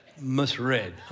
misread